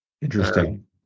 Interesting